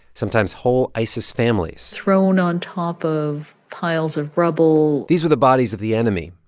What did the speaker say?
sometimes, whole isis families thrown on top of piles of rubble these were the bodies of the enemy,